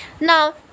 Now